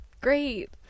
great